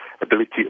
ability